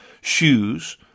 shoes